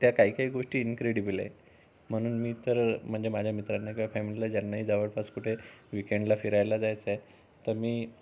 त्या काही काही गोष्टी इनक्रेडिबल आहे म्हणून मी तर म्हणजे माझ्या मित्रांना किंवा फॅमिलीला ज्यांनाही जवळपास कुठे वीकेंडला फिरायला जायचं आहे तर मी